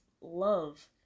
love